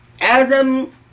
Adam